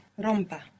rompa